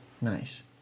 Nice